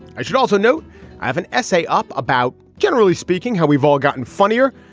i should also note i have an essay up about generally speaking how we've all gotten funnier.